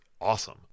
awesome